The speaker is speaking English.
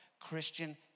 Christian